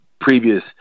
previous